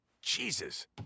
Jesus